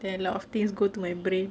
that a lot of things go to my brain